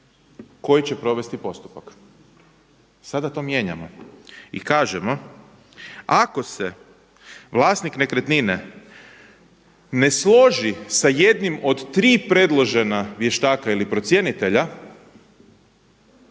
koji će provesti postupak. Sada to mijenjamo i kažemo ako se vlasnik nekretnine ne složi sa jednim od tri predložena vještaka ili procjenitelja